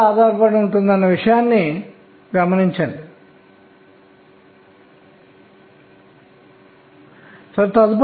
ఆపై l 1 పూరించబడుతుంది